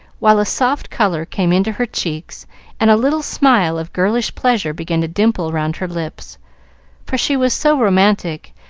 while a soft color came into her cheeks and a little smile of girlish pleasure began to dimple round her lips for she was so romantic,